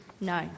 No